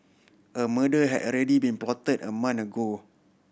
a murder had already been plotted a month ago